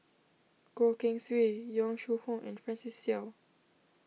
Goh Keng Swee Yong Shu Hoong and Francis Seow